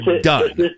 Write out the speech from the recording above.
done